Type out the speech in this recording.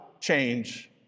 change